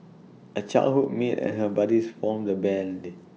A childhood mate and her buddies formed the Band